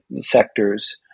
sectors